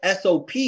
SOP